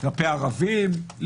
כלפי ערבים,